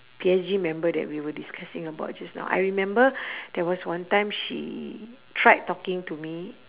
P_S_G member that we were discussing about just now I remember there was one time she tried talking to me